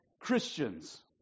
Christians